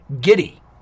giddy